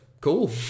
cool